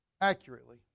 accurately